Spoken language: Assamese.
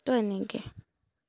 তো এনেকৈ